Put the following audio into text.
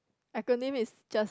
acronym is just